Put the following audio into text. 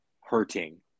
hurting